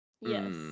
Yes